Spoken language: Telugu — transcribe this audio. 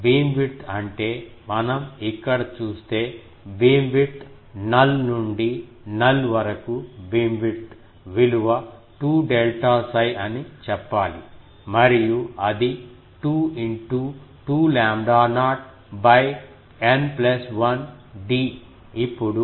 బీమ్విడ్త్ అంటే మనం ఇక్కడ చూస్తే బీమ్విడ్త్ నల్ నుండి నల్ వరకు బీమ్విడ్త్ విలువ 2 డెల్టా 𝜓 అని చెప్పాలి మరియు అది 2 into 2 lambda naught N 1 d